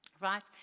right